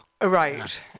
Right